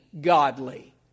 godly